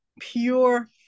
pure